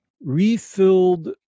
refilled